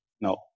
No